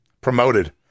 promoted